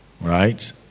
right